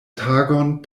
tagon